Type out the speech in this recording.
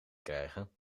krijgen